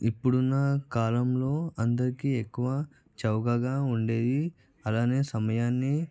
ఇప్పుడున్న కాలంలో అందరికీ ఎక్కువ చౌకగా ఉండేది అలానే సమయాన్ని